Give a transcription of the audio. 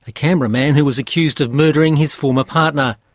ah canberra man who was accused of murdering his former partner.